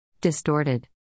Distorted